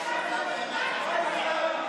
הודעת ראש הממשלה נתקבלה.